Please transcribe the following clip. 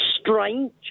strange